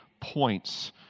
points